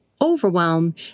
overwhelm